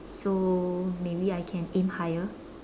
so maybe I can aim higher